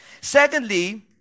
Secondly